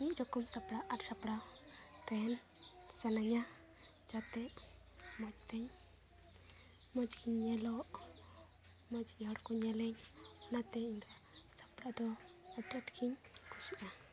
ᱢᱤᱫ ᱨᱚᱠᱚᱢ ᱥᱟᱯᱲᱟᱣ ᱟᱨ ᱥᱟᱯᱲᱟᱣ ᱛᱟᱦᱮᱱ ᱥᱟᱱᱟᱧᱟ ᱡᱟᱛᱮ ᱢᱚᱡᱽᱛᱮᱧ ᱢᱚᱡᱽᱜᱤᱧ ᱧᱮᱞᱚᱜ ᱢᱚᱡᱽᱜᱮ ᱦᱚᱲ ᱠᱚ ᱧᱮᱞᱟᱹᱧ ᱚᱱᱟᱛᱮ ᱤᱧᱫᱚ ᱥᱟᱯᱲᱟᱣ ᱫᱚ ᱟᱹᱰᱤ ᱟᱸᱴᱜᱤᱧ ᱠᱩᱥᱤᱭᱟᱜᱼᱟ